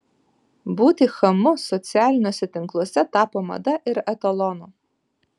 būti chamu socialiniuose tinkluose tapo mada ir etalonu